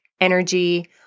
energy